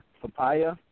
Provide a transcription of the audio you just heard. papaya